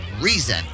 reason